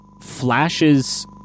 flashes